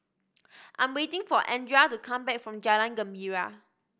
I'm waiting for Andrea to come back from Jalan Gembira